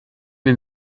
den